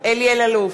אלי אלאלוף,